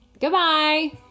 Goodbye